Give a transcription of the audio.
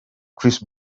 chris